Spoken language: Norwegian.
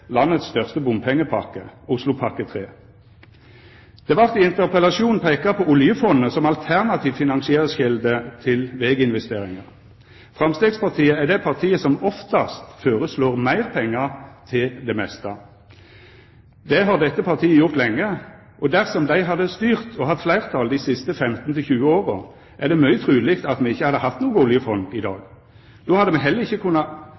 landets største bompengepakke, Oslopakke 3. Det vert i interpellasjonen peika på oljefondet som alternativ finansieringskjelde til veginvesteringar. Framstegspartiet er det partiet som oftast føreslår meir pengar til det meste. Det har dette partiet gjort lenge. Dersom dei hadde styrt og hatt fleirtal dei siste 15–20 åra, er det mykje truleg at me ikkje hadde hatt noko oljefond i dag. Då hadde me heller ikkje kunna